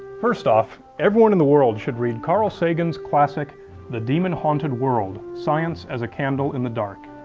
first off, everyone in the world should read carl sagan's classic the demon haunted world science as a candle in the dark.